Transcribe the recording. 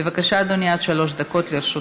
בבקשה, אדוני, עד שלוש דקות לרשותך.